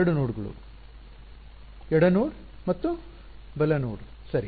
2 ನೋಡ್ಗಳು ಎಡ ನೋಡ್ ಮತ್ತು ಬಲ ನೋಡ್ ಸರಿ